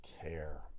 care